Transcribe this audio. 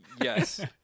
yes